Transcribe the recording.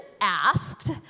asked